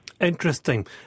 Interesting